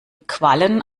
quallen